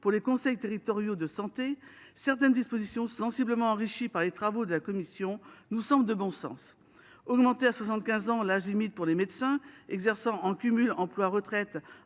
pour les conseils territoriaux de santé, certaines dispositions, sensiblement enrichies par les travaux de la commission, nous semblent de bon sens : rehaussement à 75 ans de l’âge limite pour les médecins exerçant en cumul emploi retraite